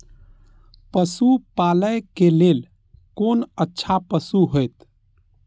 पशु पालै के लेल कोन अच्छा पशु होयत?